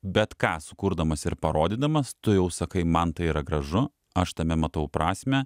bet ką sukurdamas ir parodydamas tu jau sakai man tai yra gražu aš tame matau prasmę